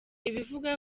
ibivugwa